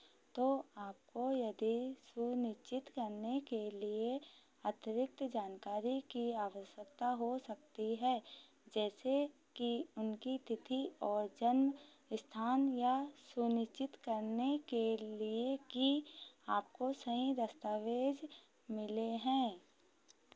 तो आपको यदि सुनिश्चित करने के लिए अतिरिक्त जानकारी की आवश्यकता हो सकती है जैसे कि उनकी तिथि और जन्म स्थान यह सुनिश्चित करने के लिए कि आपको सही दतावेज़ मिले हैं